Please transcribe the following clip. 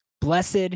Blessed